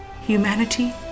Humanity